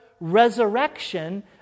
resurrection